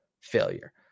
failure